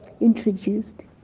introduced